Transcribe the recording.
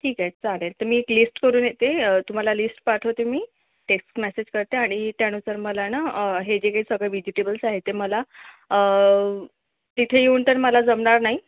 ठीक आहे चालेल तर मी एक लिस्ट करून येते तुम्हाला लिस्ट पाठवते मी टेक्स्ट मेसेज करते आणि त्यानुसार मला ना हे जे काही सगळे व्हेजिटेबल्स आहेत ते मला तिथे येऊन तर मला जमणार नाही